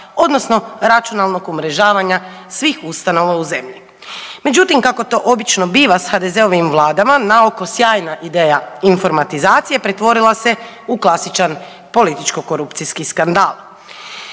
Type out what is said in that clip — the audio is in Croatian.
odnosno računalnog umrežavanja svih ustanova u zemlji. Međutim, kako to obično biva s HDZ-ovim vladama, naoko sjajna ideja informatizacije, pretvorila se u klasičan politički-korupcijski skandal.